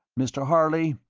mr. harley,